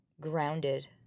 grounded